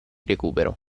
recupero